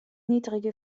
niedrige